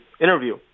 interview